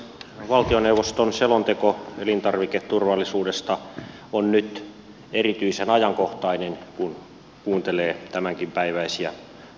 valtioneuvoston selonteko elintarviketurvallisuudesta on nyt erityisen ajankohtainen kun kuuntelee tämänkinpäiväisiä uutisia